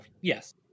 Yes